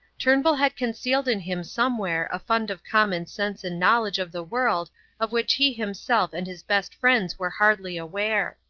turnbull had concealed in him somewhere a fund of common sense and knowledge of the world of which he himself and his best friends were hardly aware.